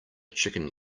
chicken